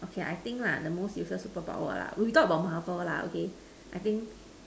okay I think lah the most useless superpower lah we talk about Marvel lah okay I think